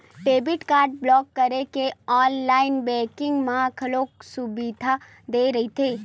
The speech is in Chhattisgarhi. डेबिट कारड ब्लॉक करे के ऑनलाईन बेंकिंग म घलो सुबिधा दे रहिथे